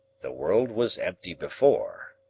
the world was empty before,